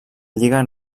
lliga